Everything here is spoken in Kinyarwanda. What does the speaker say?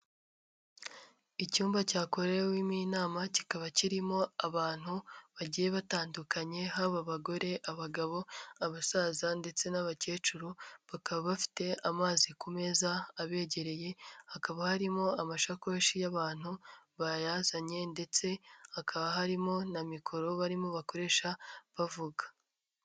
Icyumba cyakorewemo inama, kikaba kirimo abantu bagiye batandukanye, haba abagore, abagabo, abasaza ndetse n'abakecuru, bakaba bafite amazi ku meza, abegereye, hakaba harimo amashakoshi y'abantu bayazanye ndetse hakaba harimo na mikoro, barimo bakoresha, bavuga.